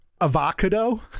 avocado